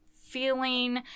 feeling